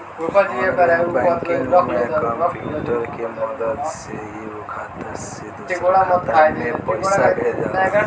online banking में computer के मदद से एगो खाता से दोसरा खाता में पइसा भेजाला